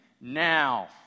Now